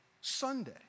Sunday